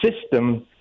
system